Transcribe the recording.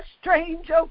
strange